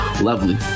Lovely